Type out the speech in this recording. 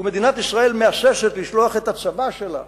ומדינת ישראל מהססת לשלוח את הצבא שלה